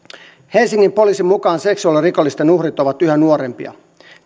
helsingin poliisin mukaan seksuaalirikollisten uhrit ovat yhä nuorempia